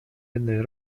jednej